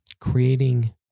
creating